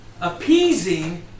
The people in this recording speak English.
appeasing